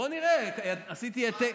בוא נראה, עשיתי העתק,